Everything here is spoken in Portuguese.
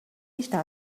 está